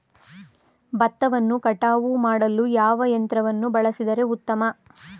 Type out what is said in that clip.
ಭತ್ತವನ್ನು ಕಟಾವು ಮಾಡಲು ಯಾವ ಯಂತ್ರವನ್ನು ಬಳಸಿದರೆ ಉತ್ತಮ?